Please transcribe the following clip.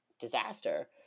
disaster